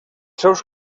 seus